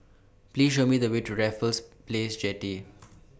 Please Show Me The Way to Raffles Place Jetty